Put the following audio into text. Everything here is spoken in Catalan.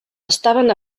estaven